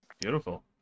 Beautiful